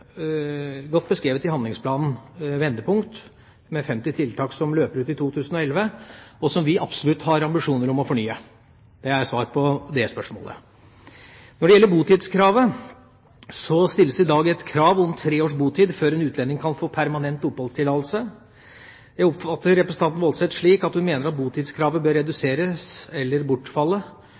godt beskrevet i handlingsplanen Vendepunkt, med 50 tiltak som løper ut i 2011, og som vi absolutt har ambisjoner om å fornye. Det er svar på dét spørsmålet. Når det gjelder botidskravet, stilles det i dag et krav om tre års botid før en utlending kan få permanent oppholdstillatelse. Jeg oppfatter representanten Woldseth slik at hun mener at botidskravet bør reduseres eller bortfalle.